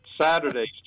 Saturday's